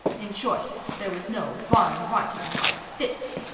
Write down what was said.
in short there was no fine writing like this.